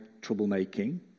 troublemaking